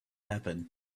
happen